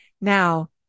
Now